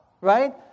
right